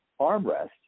armrest